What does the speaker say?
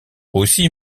aussi